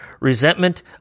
resentment